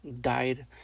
died